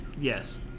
Yes